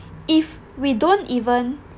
if we don't even